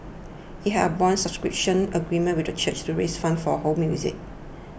it had a bond subscription agreement with the church to raise funds for Ho's music